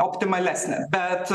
optimalesnė bet